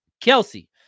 Kelsey